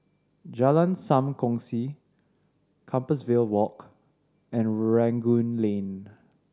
Jalan Sam Kongsi Compassvale Walk and Rangoon Lane